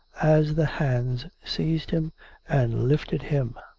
as the hands seized him and lifted him.